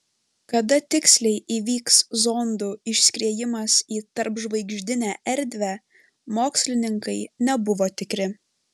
kada tiksliai įvyks zondų išskriejimas į tarpžvaigždinę erdvę mokslininkai nebuvo tikri